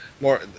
more